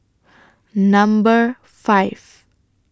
Number five